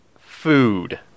food